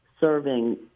serving